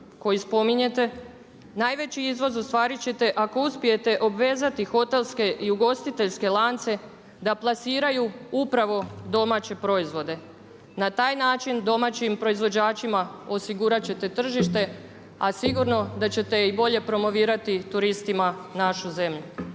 koji spominjete najveći izvoz ostvarit ćete ako uspijete obvezati hotelske i ugostiteljske lance da plasiraju upravo domaće proizvode. Na taj način domaćim proizvođačima osigurat ćete tržište, a sigurno da ćete i bolje promovirati turistima našu zemlju.